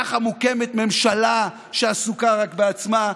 ככה מוקמת ממשלה שעסוקה רק בעצמה.